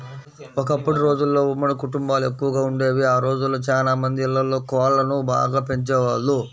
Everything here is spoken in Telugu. ఒకప్పటి రోజుల్లో ఉమ్మడి కుటుంబాలెక్కువగా వుండేవి, ఆ రోజుల్లో చానా మంది ఇళ్ళల్లో కోళ్ళను బాగా పెంచేవాళ్ళు